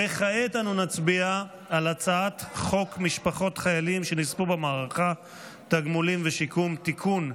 אני קובע כי הצעת משפחות חיילים שנספו במערכה (תגמולים ושיקום) (תיקון,